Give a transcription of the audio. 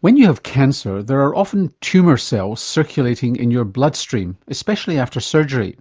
when you have cancer there are often tumour cells circulating in your bloodstream, especially after surgery.